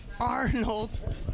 Arnold